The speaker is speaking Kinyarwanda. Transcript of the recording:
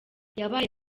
yabaye